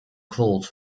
called